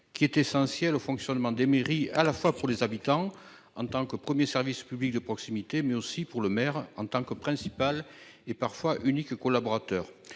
Qui est essentiel au fonctionnement des mairies à la fois pour les habitants en tant que 1er service public de proximité, mais aussi pour le maire en tant que principal. Et parfois. Collaborateurs